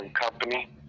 company